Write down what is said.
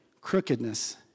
crookedness